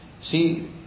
See